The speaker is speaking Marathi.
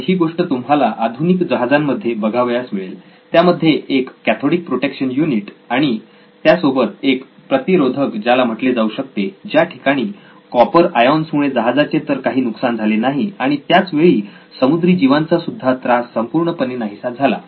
तर ही गोष्ट तुम्हाला आधुनिक जहाजांमध्ये बघावयास मिळेल त्यामध्ये एक कॅथोडिक प्रोटेक्शन युनिट आणि त्यासोबत एक प्रतिरोधक ज्याला म्हटले जाऊ शकते ज्या ठिकाणी कॉपर आयोंस मुळे जहाजाचे तर काही नुकसान झाले नाही आणि त्याच वेळी समुद्री जिवांचा सुद्धा त्रास संपूर्णपणे नाहीसा झाला